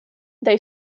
they